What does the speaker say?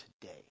today